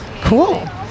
cool